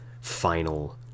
final